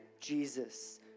Jesus